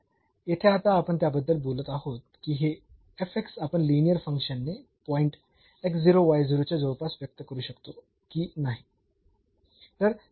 पण येथे आता आपण त्याबद्दल बोलत आहोत की हे आपण लिनीअर फंक्शन ने पॉईंट च्या जवळपास व्यक्त करू शकतो की नाही